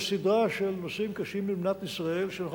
יש סדרה של נושאים קשים במדינת ישראל שאינך